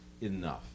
enough